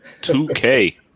2K